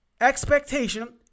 Expectation